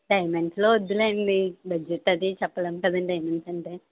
డైమండ్స్లో వద్దులేండి బడ్జెట్ అదీ చెప్పలేం కదండీ ఎందుకంటే